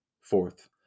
Fourth